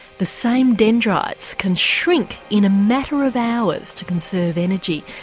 the same dendrites can shrink in a matter of hours to conserve energy.